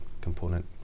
component